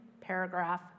paragraph